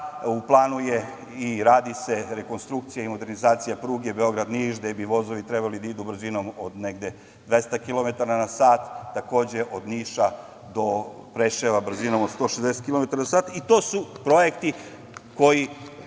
u planu je i radi se rekonstrukcija i modernizacija pruge Beograd-Niš, gde bi vozovi trebali da idu brzinom od negde 200 km na sat, takođe od Niša do Preševa brzinom od 160 km na sat i to su projekti koji